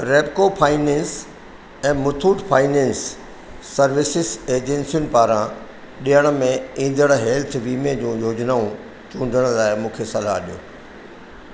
Repco finance ऐं Muthoot finance services एजेंसियुनि पारां ॾियण में ईंदड़ हैल्थ वीमे जूं योजनाऊं चूंडण लाइ मूंखे सलाह ॾियो